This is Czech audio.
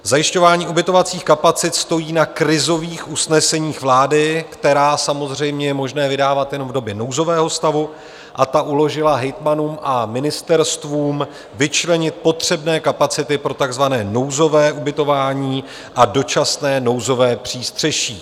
Zajišťování ubytovacích kapacit stojí na krizových usneseních vlády, která samozřejmě je možné vydávat jenom v době nouzového stavu, a ta uložila hejtmanům a ministerstvům vyčlenit potřebné kapacity pro takzvané nouzové ubytování a dočasné nouzové přístřeší.